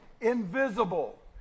invisible